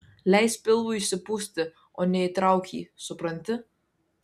leisk pilvui išsipūsti o ne įtrauk jį supranti